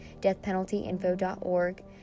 deathpenaltyinfo.org